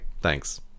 Thanks